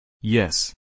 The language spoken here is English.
Yes